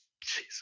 jesus